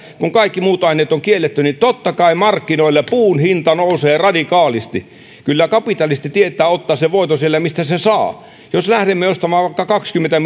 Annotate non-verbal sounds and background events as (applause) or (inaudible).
kun kaikki muut aineet on kielletty se johtaa siihen että totta kai markkinoilla puun hinta nousee radikaalisti kyllä kapitalisti tietää ottaa sen voiton sieltä mistä sen saa jos lähdemme ostamaan vaikka kaksikymmentä (unintelligible)